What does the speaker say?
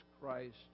Christ